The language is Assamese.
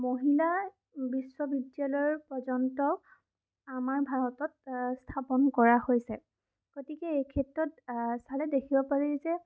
মহিলাৰ বিশ্ববিদ্যালয় পৰ্যন্ত আমাৰ ভাৰতত স্থাপন কৰা হৈছে গতিকে এই ক্ষেত্ৰত চালে দেখিব পাৰি যে